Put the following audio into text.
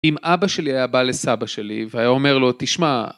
אם אבא שלי היה בא לסבא שלי והיה אומר לו 'תשמע'